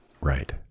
Right